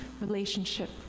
relationship